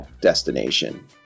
destination